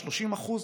30%,